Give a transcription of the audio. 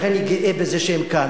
לכן אני גאה בזה שהם כאן,